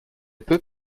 peux